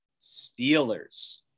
Steelers